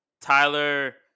Tyler